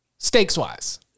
Stakes-wise